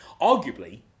Arguably